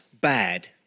bad